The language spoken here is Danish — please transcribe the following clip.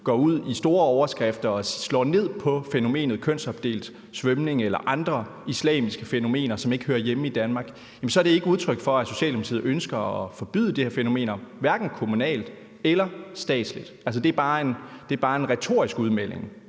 med store overskrifter og slår ned på fænomenet kønsopdelt svømning eller andre islamiske fænomener, som ikke hører hjemme i Danmark, er det ikke udtryk for, at Socialdemokratiet ønsker at forbyde de her fænomener, hverken kommunalt eller statsligt. Det er bare en retorisk udmelding,